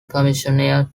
commissioner